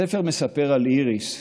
הספר מספר על איריס,